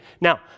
Now